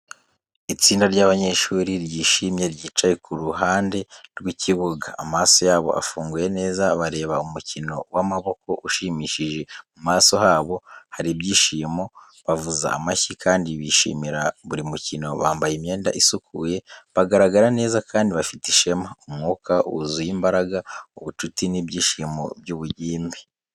Itsinda ry'abanyeshuri ryishimye ryicaye ku ruhande rw’ikibuga, amaso yabo afunguye neza bareba umukino w'amaboko ushimishije. Mu maso habo hari ibyishimo, bavuza amashyi kandi bishimira buri mukino. Bambaye imyenda isukuye, bagaragara neza kandi bafite ishema. Umwuka wuzuye imbaraga, ubucuti n’ibyishimo by’ubugimbi.